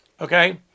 Okay